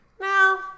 No